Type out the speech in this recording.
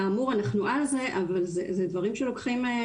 כאמור, אנחנו על זה אבל אלו דברים שלוקחים זמן.